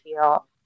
feel